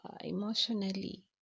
Emotionally